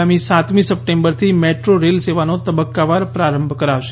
આગામી સાતમી સપ્ટેમ્બરથી મેટ્રો રેલ સેવાનો તબક્કાવાર પ્રારંભ કરાશે